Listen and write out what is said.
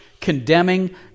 condemning